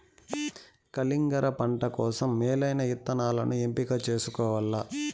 కలింగర పంట కోసం మేలైన ఇత్తనాలను ఎంపిక చేసుకోవల్ల